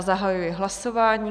Zahajuji hlasování.